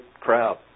crowd